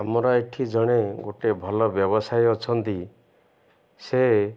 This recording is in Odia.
ଆମର ଏଠି ଜଣେ ଗୋଟେ ଭଲ ବ୍ୟବସାୟ ଅଛନ୍ତି ସେ